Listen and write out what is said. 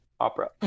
Opera